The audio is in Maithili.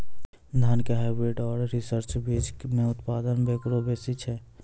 धान के हाईब्रीड और रिसर्च बीज मे उत्पादन केकरो बेसी छै?